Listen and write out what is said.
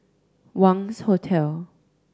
Wangz Hotel